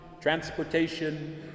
transportation